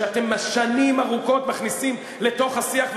שאתם שנים ארוכות מכניסים לתוך השיח,